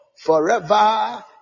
forever